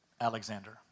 Alexander